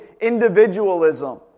individualism